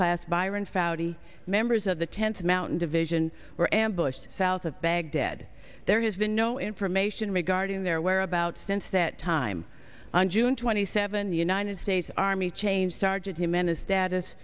class byron fouty members of the tenth mountain division were ambushed south of baghdad there has been no information regarding their whereabouts since that time on june twenty seventh the united states army changed sergeant jim